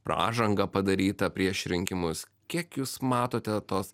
pražangą padarytą prieš rinkimus kiek jūs matote tos